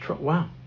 Wow